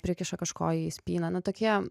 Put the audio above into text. prikiša kažko į spyną nu tokie